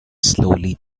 slowly